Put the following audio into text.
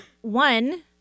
One